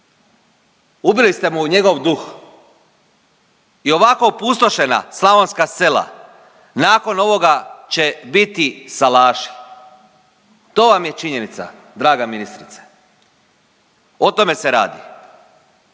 Ubili ste mu njegov duh i ovako opustošena slavonska sela nakon ovoga će biti salaši, to vam je činjenica draga ministrice, o tome ste radi.